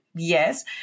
Yes